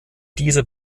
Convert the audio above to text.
dieser